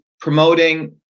promoting